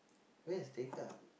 where's Tekka